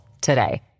today